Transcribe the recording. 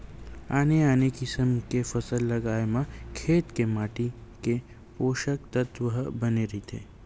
आने आने किसम के फसल लगाए म खेत के माटी के पोसक तत्व ह बने रहिथे